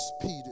Peter